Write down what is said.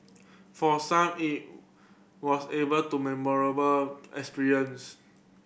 for some it was able to memorable experience